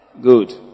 Good